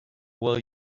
will